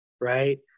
Right